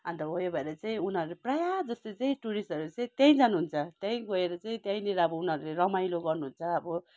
अन्त हो यो भनेर चाहिँ उनीहरू प्रायः जस्तो चाहिँ टुरिस्टहरू चाहिँ त्यहीँ जानु हुन्छ त्यहीँ गएर चाहिँ त्यहीँनिर अब उनीहरूले रमाइलो गर्नु चाहिँ अब